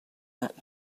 that